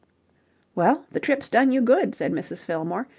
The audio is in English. well, the trip's done you good, said mrs. fillmore.